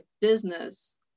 business